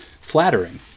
flattering